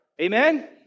Amen